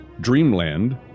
Dreamland